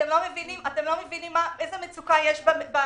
אתם לא מבינים איזו מצוקה יש במדינה.